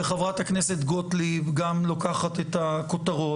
וחברת הכנסת גוטליב גם לוקחת את הכותרות,